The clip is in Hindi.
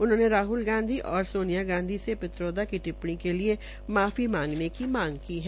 उन्होंने राहल गांधी और सोनिया गांधी से पित्रोदा की टिप्पणी के लिये माफी मांगने की मांग की है